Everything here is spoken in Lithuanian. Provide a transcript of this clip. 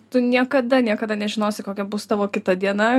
tu niekada niekada nežinosi kokia bus tavo kita diena